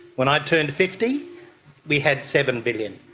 when i turned fifty we had seven billion.